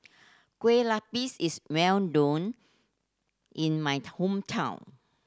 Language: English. kue is well known in my hometown